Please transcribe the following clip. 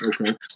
okay